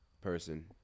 person